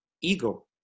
ego